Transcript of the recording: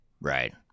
right